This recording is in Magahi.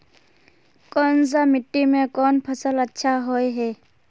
कोन सा मिट्टी में कोन फसल अच्छा होय है?